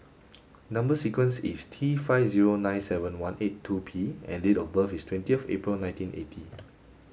number sequence is T five zero nine seven one eight two P and date of birth is twenty of April nineteen eighty